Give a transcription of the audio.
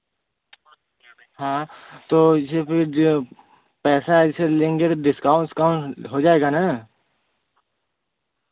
हाँ तो जब जब पैसा ऐसे लेंगे तो डिस्काउंट विस्काउंट हो जाएगा ना